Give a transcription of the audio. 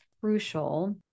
crucial